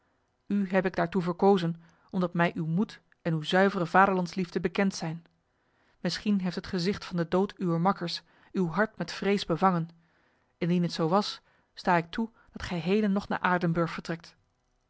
u heb ik daartoe verkozen omdat mij uw moed en uw zuivere vaderlandsliefde bekend zijn misschien heeft het gezicht van de dood uwer makkers uw hart met vrees bevangen indien het zo was sta ik toe dat gij heden nog naar aardenburg vertrekt